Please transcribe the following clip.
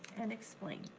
and explain.